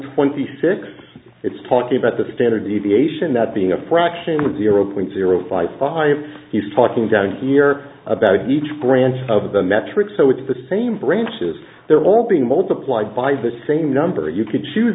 twenty six it's talking about the standard deviation that being a fraction with zero point zero five five he's talking down here about each branch of the metric so with the same branches they're all being multiplied by the same number you can choose